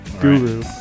Guru